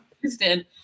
Houston